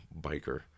biker